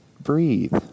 breathe